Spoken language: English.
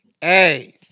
hey